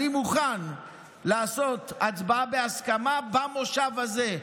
אני מוכן לעשות הצבעה בהסכמה במושב הזה.